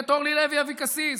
ואת אורלי לוי אבקסיס